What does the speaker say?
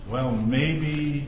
well maybe